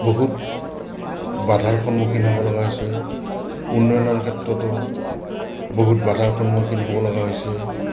বহুত বাধাৰ সন্মুখীন হ'ব লগা হৈছে উন্নয়নৰ ক্ষেত্ৰতো বহুত বাধাৰ সন্মুখীন হ'ব লগা হৈছে